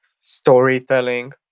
storytelling